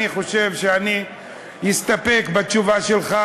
אני חושב שאני אסתפק בתשובה שלך,